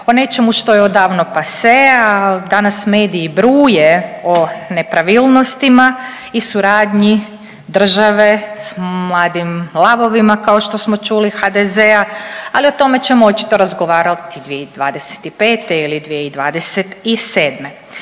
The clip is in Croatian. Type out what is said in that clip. o nečemu što je odavno pase, ali danas mediji bruje o nepravilnostima i suradnji države sa mladim lavovima kao što smo čuli od HDZ-a, ali o tome ćemo očito razgovarati 2025. ili 2027.